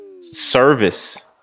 service